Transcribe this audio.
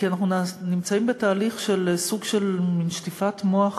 כי אנחנו נמצאים בתהליך, סוג של שטיפת מוח